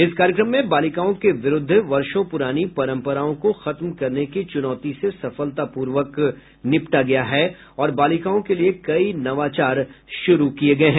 इस कार्यक्रम में बालिकाओं के विरूद्ध वर्षों पुरानी परंपराओं को खत्म करने की चुनौती से सफलतापूर्वक निपटा गया है और बालिकाओं के लिए कई नवाचार शुरू किये गये हैं